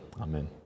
Amen